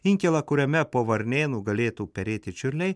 inkilą kuriame po varnėnų galėtų perėti čiurliai